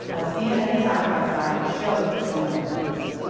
a cnn side by side shows the similarities.